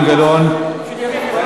אילן גילאון,